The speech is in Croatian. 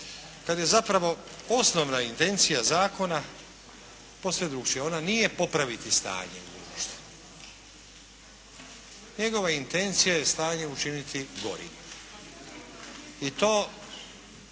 kad je zapravo osnovna intencija zakona posve drukčija. Ona nije popraviti stanje u društvu. Njegova intencija je stanje učiniti gorim i to